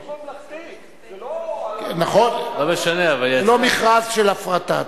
זה שירות ממלכתי, זה לא, נכון, לא מכרז של הפרטה.